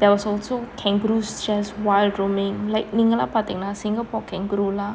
there was also kangaroos just wild roaming like நீ இங்கே எல்லாம் பாத்தீங்கன்னா:nee inge ellam paatheenganna singapore kangaroo lah